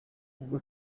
ubwo